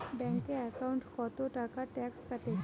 Bank একাউন্টত কতো টাকা ট্যাক্স কাটে?